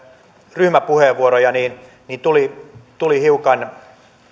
ryhmäpuheenvuoroja niin niin tuli tuli hiukan